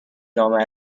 جامعه